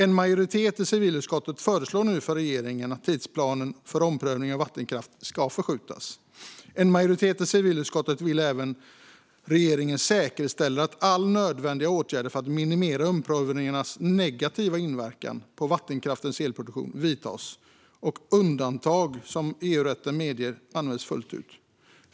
En majoritet i civilutskottet föreslår nu för regeringen att tidsplanen för omprövning av vattenkraft ska förskjutas. En majoritet i civilutskottet vill även att regeringen ska säkerställa att alla nödvändiga åtgärder för att minimera omprövningarnas negativa inverkan på vattenkraftens elproduktion vidtas och att de undantag som EU-rätten medger används fullt ut.